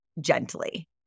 gently